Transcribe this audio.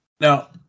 Now